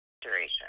duration